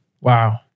Wow